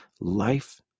Life